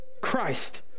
Christ